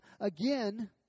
again